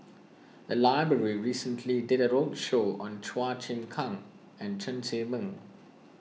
the library recently did a roadshow on Chua Chim Kang and Chen Zhiming